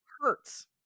hurts